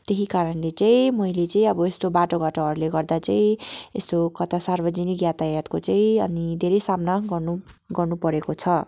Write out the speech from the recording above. त्यही कारणले चाहिँ मैले चाहिँ यस्तो बाटोघाटोहरूले गर्दा चाहिँ यस्तो कता सार्वजनिक यातायातको चाहिँ अनि धेरै सामना गर्नु गर्नु परेको छ